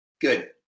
Good